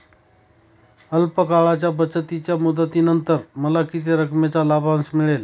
अल्प काळाच्या बचतीच्या मुदतीनंतर मला किती रकमेचा लाभांश मिळेल?